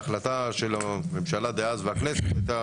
ההחלטה של הממשלה דאז והכנסת הייתה